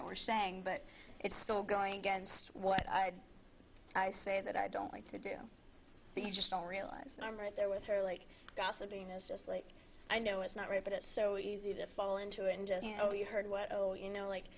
that we're saying but it's still going against what i had i say that i don't like to do but you just don't realize i'm right there with her like gossiping is just like i know it's not right but it's so easy to fall into and you know you heard what oh you know like